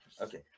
okay